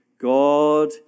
God